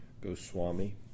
Goswami